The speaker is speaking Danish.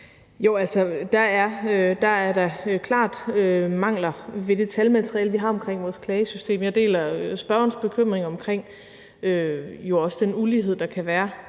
der er da klart mangler ved det talmateriale, vi har omkring vores klagesystem. Jeg deler spørgerens bekymring, også omkring den ulighed, der kan være